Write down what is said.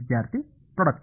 ವಿದ್ಯಾರ್ಥಿ ಪ್ರೊಡಕ್ಟ